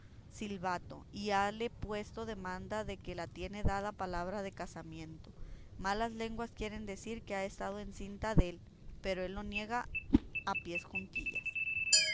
silvato y hale puesto demanda de que la tiene dada palabra de casamiento malas lenguas quieren decir que ha estado encinta dél pero él lo niega a pies juntillas